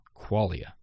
qualia